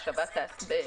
וההשבה תיעשה.